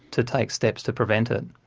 to take steps to prevent it.